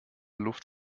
luft